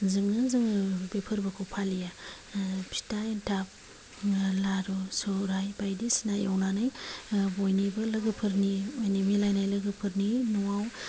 जोंनो जोङो बे फोर्बोखौ फालियो फिथा एन्थाब लारु सौराय बायदिसना एउनानै बयनिबो लोगोफोरनि माने मिलायनाय लोगोफोरनो न'आव